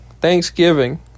Thanksgiving